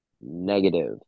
Negative